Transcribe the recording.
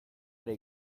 ari